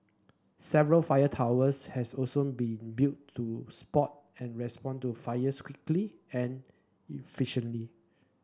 several fire towers has also been built to spot and respond to fires quickly and efficiently